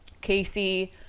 Casey